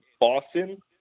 Boston